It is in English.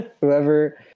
Whoever